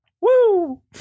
Woo